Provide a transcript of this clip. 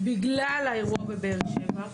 בגלל האירוע בבאר שבע,